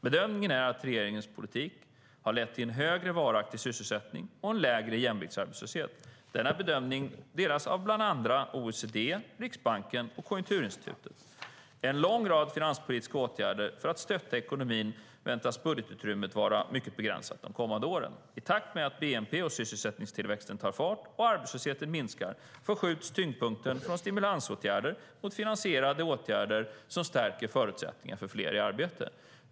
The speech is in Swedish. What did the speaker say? Bedömningen är att regeringens politik har lett till en högre varaktig sysselsättning och en lägre jämviktsarbetslöshet. Denna bedömning delas av bland andra OECD, Riksbanken och Konjunkturinstitutet. Efter en lång rad av finanspolitiska åtgärder för att stötta ekonomin väntas budgetutrymmet vara mycket begränsat de kommande åren. I takt med att bnp och sysselsättningstillväxten tar fart och arbetslösheten minskar förskjuts tyngdpunkten från stimulansåtgärder mot finansierade åtgärder som stärker förutsättningarna för fler i arbete.